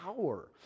power